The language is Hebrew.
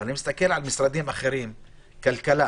ואני מסתכל על משרדים האחרים למשל: כלכלה